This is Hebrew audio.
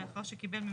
לאחר שקיבל,